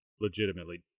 legitimately